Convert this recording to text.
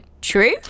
True